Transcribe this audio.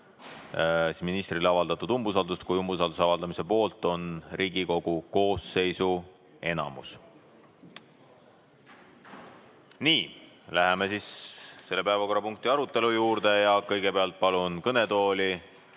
on ministrile avaldatud umbusaldust, kui umbusalduse avaldamise poolt on Riigikogu koosseisu enamus. Nii. Läheme selle päevakorrapunkti arutelu juurde. Kõigepealt palun kõnetooli